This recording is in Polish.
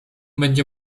będzie